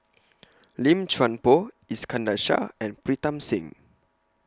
Lim Chuan Poh Iskandar Shah and Pritam Singh